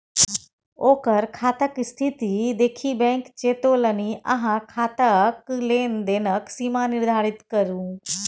ओकर खाताक स्थिती देखि बैंक चेतोलनि अहाँ खाताक लेन देनक सीमा निर्धारित करू